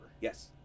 Yes